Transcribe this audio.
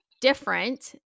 different